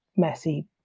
messy